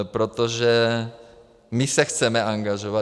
Protože my se chceme angažovat.